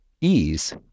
ease